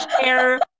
share